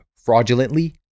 fraudulently